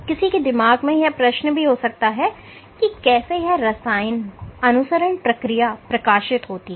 किसी के दिमाग में यह भी प्रश्न हो सकता है कि कैसे यह रसायन अनुसरण प्रक्रिया प्रकाशित होती है